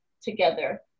together